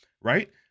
right